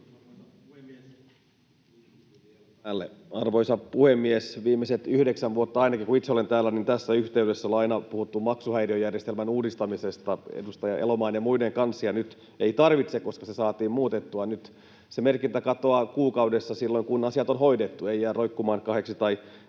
arvoisa puhemies! Ainakin viimeiset yhdeksän vuotta, kun itse olen ollut täällä, tässä yhteydessä ollaan aina puhuttu maksuhäiriöjärjestelmän uudistamisesta edustaja Elomaan ja muiden kanssa. Nyt ei tarvitse, koska se saatiin muutettua. Nyt se merkintä katoaa kuukaudessa silloin kun asiat on hoidettu, eikä jää roikkumaan kahdeksi tai neljäksi